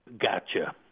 Gotcha